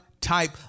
type